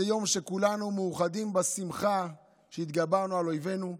זה יום שבו כולנו מאוחדים בשמחה שהתגברנו על אויבינו,